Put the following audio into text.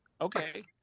Okay